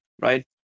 right